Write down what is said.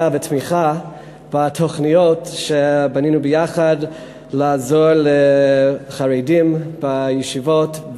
והתמיכה בתוכניות שבנינו ביחד כדי לעזור לחרדים בישיבות,